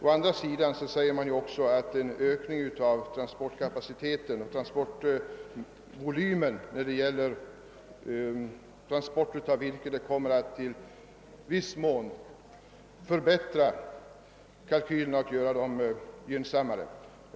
Å andra sidan menar man också att en ökning av virkestransportvolymen i viss mån kommer att göra kalkylen gynnsammare.